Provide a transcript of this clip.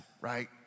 right